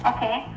Okay